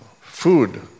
food